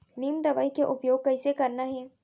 नीम दवई के उपयोग कइसे करना है?